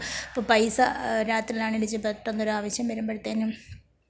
ഇപ്പോൾ പൈസ രാത്രിയിലാണെങ്കിൽ പെട്ടെന്നൊരാവശ്യം വരുമ്പോഴത്തേനും